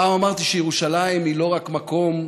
פעם אמרתי שירושלים היא לא רק מקום,